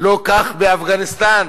לא כך באפגניסטן: